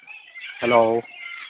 hello